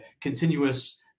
continuous